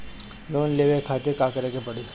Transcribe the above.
Loan लेवे खातिर का करे के पड़ी?